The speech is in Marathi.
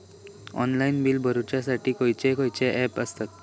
ऑनलाइन बिल भरुच्यासाठी खयचे खयचे ऍप आसत?